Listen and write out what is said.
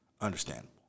Understandable